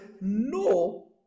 no